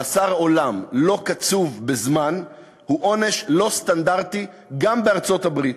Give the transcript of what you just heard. מאסר עולם לא קצוב בזמן הוא עונש לא סטנדרטי גם בארצות-הברית,